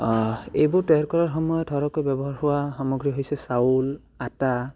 এইবোৰ তৈয়াৰ কৰাৰ সময়ত সৰহকৈ ব্যৱহাৰ হোৱা সামগ্ৰী হৈছে চাউল আটা